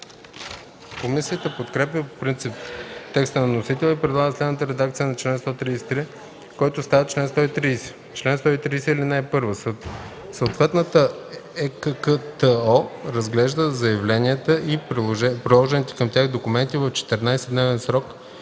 Комисията подкрепя по принцип текста на вносителя и предлага следната редакция на чл. 133, който става чл. 130: „Чл. 130. (1) Съответната ЕККТО разглежда заявленията и приложените към тях документи в 14-дневен срок